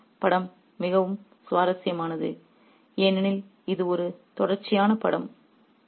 ஒரு கைதியின் படம் மிகவும் சுவாரஸ்யமானது ஏனெனில் இது ஒரு தொடர்ச்சியான படம்